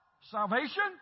Salvation